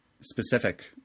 specific